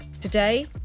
Today